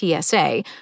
TSA